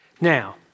Now